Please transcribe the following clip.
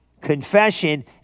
confession